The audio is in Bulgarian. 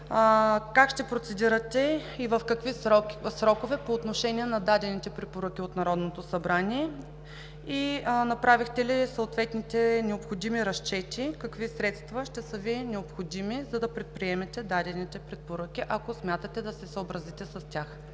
как ще процедирате и в какви срокове по отношение на дадените препоръки от Народното събрание? Направихте ли съответните необходими разчети какви средства ще са ви необходими, за да предприемете дадените препоръки, ако смятате да се съобразите с тях?